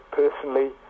personally